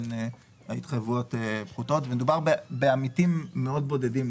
מדובר בעמיתים מאוד בודדים,